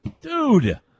Dude